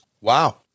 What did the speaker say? Wow